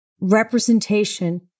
representation